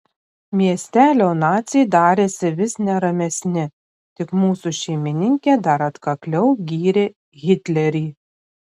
miestelio naciai darėsi vis neramesni tik mūsų šeimininkė dar atkakliau gyrė hitlerį